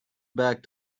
back